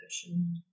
cushion